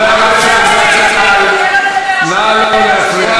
אז הרב שך זצ"ל, או הרב שטיינמן,